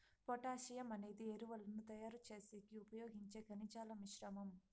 potassium అనేది ఎరువులను తయారు చేసేకి ఉపయోగించే ఖనిజాల మిశ్రమం